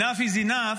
Enough is enough,